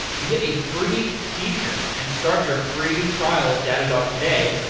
to get a free t-shirt and start your free trial of datadog today,